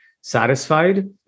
satisfied